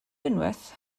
unwaith